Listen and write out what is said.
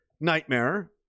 nightmare